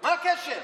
למה,